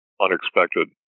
unexpected